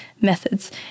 methods